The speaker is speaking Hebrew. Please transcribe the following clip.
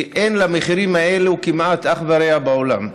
כי אין למחירים האלה כמעט אח ורע בעולם.